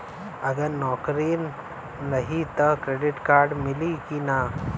अगर नौकरीन रही त क्रेडिट कार्ड मिली कि ना?